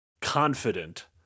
confident